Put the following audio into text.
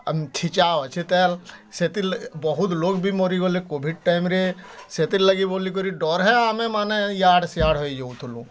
ସେଥିର୍ ଲାଗି ବହୁତ୍ ଲୋକ୍ ବି ମରିଗଲେ କୋଭିଡ଼୍ ଟାଇମ୍ରେ ସେଥିର୍ ଲାଗି ବୋଲିକରି ଡର୍ ହେ ଆମେମାନେ ଇଆଡ଼େ ସିଆଡ଼େ ହେଇଯାଉଥିଲୁଁ